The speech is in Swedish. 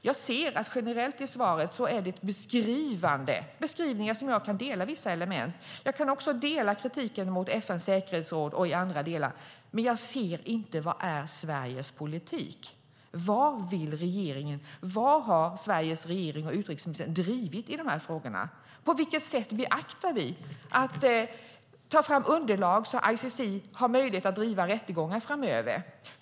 Jag anser att utrikesministerns svar var generellt beskrivande. Jag kan instämma i vissa element i denna beskrivning. Jag kan också instämma i kritiken mot FN:s säkerhetsråd och i andra delar, men jag ser inte vad som är Sveriges politik. Vad vill regeringen? Vad har Sveriges regering och utrikesministern drivit i dessa frågor? På vilket sätt beaktar vi möjligheten att ta fram underlag så att ICC kan driva rättegångar framöver?